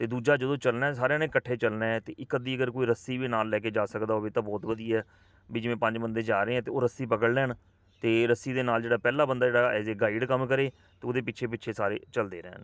ਅਤੇ ਦੂਜਾ ਜਦੋਂ ਚੱਲਣਾ ਸਾਰਿਆਂ ਨੇ ਇਕੱਠੇ ਚੱਲਣਾ ਹੈ ਅਤੇ ਇਕ ਅੱਧੀ ਕੋਈ ਰੱਸੀ ਵੀ ਨਾਲ ਲੈ ਕੇ ਜਾ ਸਕਦਾ ਹੋਵੇ ਤਾਂ ਬਹੁਤ ਵਧੀਆ ਵੀ ਜਿਵੇਂ ਪੰਜ ਬੰਦੇ ਜਾ ਰਹੇ ਆ ਤਾਂ ਉਹ ਰੱਸੀ ਪਕੜ ਲੈਣ ਅਤੇ ਰੱਸੀ ਦੇ ਨਾਲ ਜਿਹੜਾ ਪਹਿਲਾ ਬੰਦਾ ਜਿਹੜਾ ਐਜ ਏ ਗਾਈਡ ਕੰਮ ਕਰੇ ਅਤੇ ਉਹਦੇ ਪਿੱਛੇ ਪਿੱਛੇ ਸਾਰੇ ਚੱਲਦੇ ਰਹਿਣ